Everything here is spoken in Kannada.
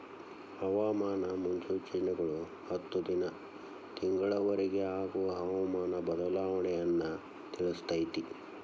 ಹವಾಮಾನ ಮುನ್ಸೂಚನೆಗಳು ಹತ್ತು ದಿನಾ ತಿಂಗಳ ವರಿಗೆ ಆಗುವ ಹವಾಮಾನ ಬದಲಾವಣೆಯನ್ನಾ ತಿಳ್ಸಿತೈತಿ